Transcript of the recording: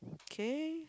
okay